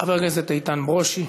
חבר הכנסת איתן ברושי.